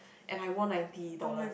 and I won ninety dollar